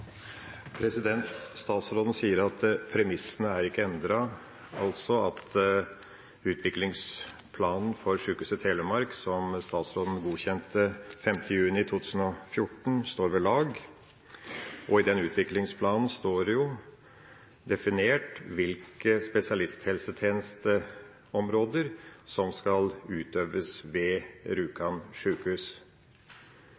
altså at utviklingsplanen for Sykehuset Telemark som statsråden godkjente 5. juni 2014, står ved lag. I den utviklingsplanen står det definert hvilke spesialisthelsetjenesteområder som skal utøves ved